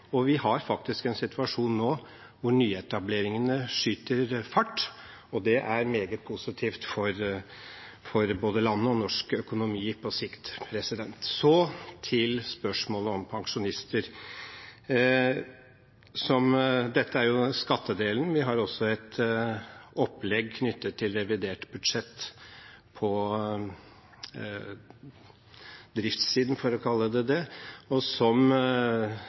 og vi har faktisk en situasjon nå hvor nyetableringene skyter fart, og det er meget positivt for både landet og norsk økonomi på sikt. Så til spørsmålet om pensjonister. Dette er jo skattedelen, vi har også et opplegg knyttet til revidert budsjett på driftssiden, for å kalle det det. Som jeg tror representanten er klar over, foreligger det der også endringer som